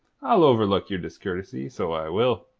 i'll overlook your discourtesy, so i will.